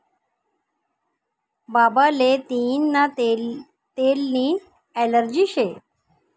बाबाले तियीना तेलनी ॲलर्जी शे